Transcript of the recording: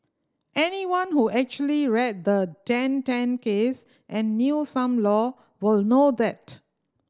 anyone who actually read the Dan Tan case and knew some law will know that